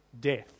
death